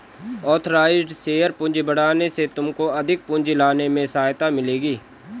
authorised share पूंजी बढ़ाने से तुमको अधिक पूंजी लाने में सहायता मिलेगी